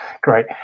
great